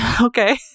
Okay